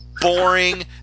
boring